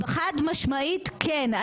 חד משמעית כן.